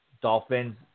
Dolphins